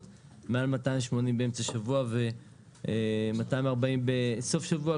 מעל 280 באמצע השבוע ו-240 בסוף שבוע,